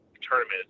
tournament